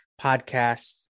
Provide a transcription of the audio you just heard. podcast